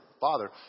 father